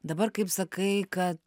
dabar kaip sakai kad